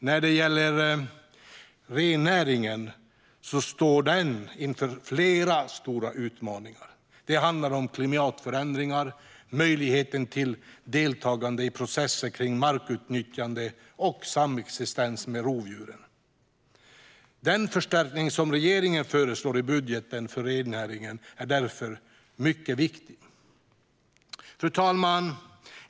När det gäller rennäringen står den inför flera stora utmaningar. Det handlar om klimatförändringar, möjligheten till deltagande i processer kring markutnyttjande och samexistens med rovdjuren. Den förstärkning som regeringen föreslår i budgeten för rennäringen är därför mycket viktig. Fru talman!